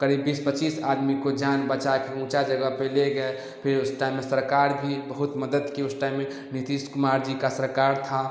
करीब बीस पचीस आदमी को जान बचा कर ऊँचा जगा पर ले गए फिर उस टाइम में सरकार भी बहुत मदद की उस टाइम में नितीश कुमार जी का सरकार था